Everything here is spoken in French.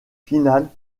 finale